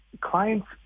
clients